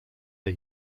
der